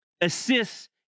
assists